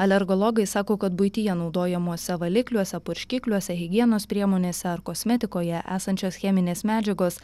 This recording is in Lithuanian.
alergologai sako kad buityje naudojamuose valikliuose purškikliuose higienos priemonėse ar kosmetikoje esančios cheminės medžiagos